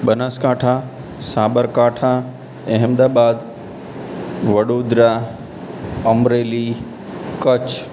Banaskantha Sabarkantha Ahmedabad Vadodara Amreli Kutch